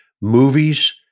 movies